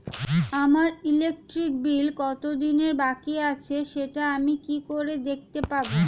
আমার electric bill কত দিনের বাকি আছে সেটা আমি কি করে দেখতে পাবো?